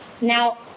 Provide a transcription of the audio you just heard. Now